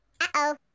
Uh-oh